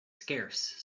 scarce